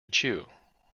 chew